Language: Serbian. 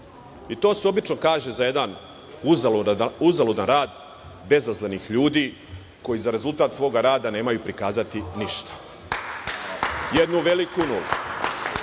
To se obično kaže za jedan uzaludan rad bezazlenih ljudi koji za rezultat svog rada nemaju prikazati ništa, jednu veliku nulu. Ali,